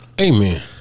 Amen